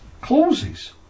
clauses